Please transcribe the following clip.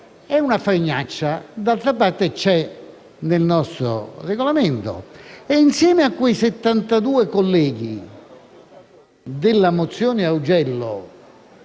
è una fregnaccia. D'altra parte, essa è nel nostro Regolamento. Insieme a quei 72 colleghi della mozione Augello